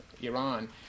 Iran